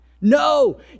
No